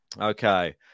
Okay